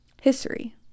History